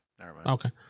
Okay